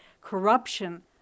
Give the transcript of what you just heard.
corruption